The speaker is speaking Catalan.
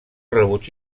rebuig